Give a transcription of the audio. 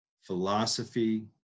philosophy